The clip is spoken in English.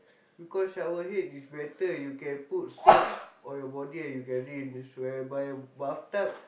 because shower head is better you can put soap on your body and you can rinse whereby bathtub